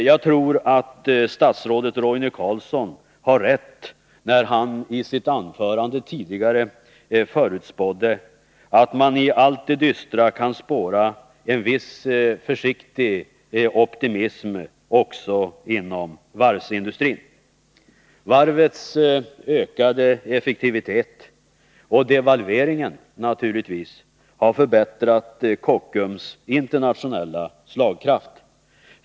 Jag tror att statsrådet Roine Carlsson hade rätt när han i sitt anförande tidigare sade att man i allt det dystra kan spåra en viss försiktig optimism också inom varvsindustrin. Varvets ökade effektivitet, och devalveringen naturligtvis, har förbättrat Kockums internationella slagkraft.